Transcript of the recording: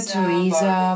Teresa